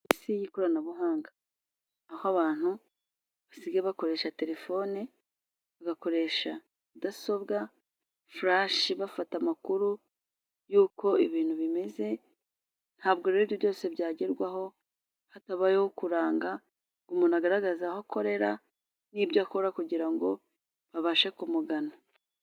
Polisi y'ikoranabuhanga, aho abantu basigaye bakoresha telefone, bagakoresha mudasobwa, falashe bafata amakuru y'uko ibintu bimeze. Ntabwo rero ibyo byose byagerwaho hatabayeho kuranga, umuntu ngo agaragaze aho akorera n'ibyo akora kugira ngo babashe kumugana.